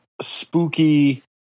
spooky